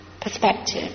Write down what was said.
perspective